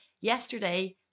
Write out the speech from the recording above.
yesterday